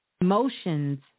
emotions